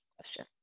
question